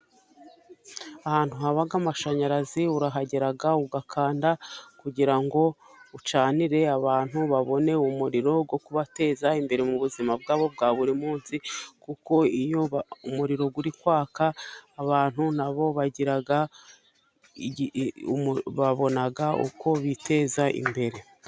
Ahantu haba amashanyarazi urahagera ugakanda kugirango ucanire abantu babone umuriro wo kubateza imbere muzima bwabo bwa buri munsi, kuko iyo umuriro uri kwaka abantu nabo babona uko biteza imbere.